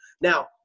Now